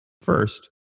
First